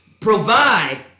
Provide